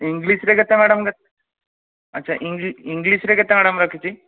English ରେ କେତେ madam ଆଛା ଇଂଲିସ୍ ଇଂଲିସ୍ରେ କେତେ ମ୍ୟାଡ଼ାମ୍ ରଖିଛି